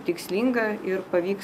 tikslinga ir pavyks